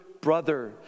brother